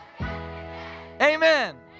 Amen